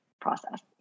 process